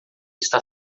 está